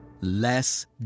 Less